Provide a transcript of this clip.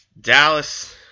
Dallas